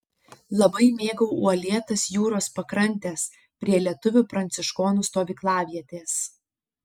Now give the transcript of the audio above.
labai mėgau uolėtas jūros pakrantes prie lietuvių pranciškonų stovyklavietės